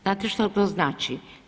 Znate šta to znači?